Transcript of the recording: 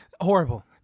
Horrible